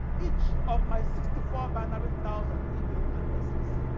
each of my sixty four binary thousand email addresses